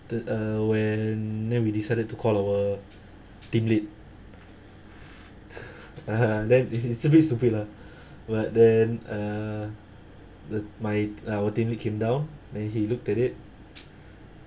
the uh when then we decided to call our team lead then it's it's a bit stupid lah but then uh the my our team lead came down then he looked at it